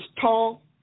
tall